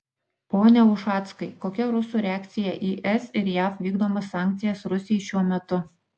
pone ušackai kokia rusų reakcija į es ir jav vykdomas sankcijas rusijai šiuo metu